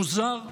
מוזר.